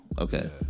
Okay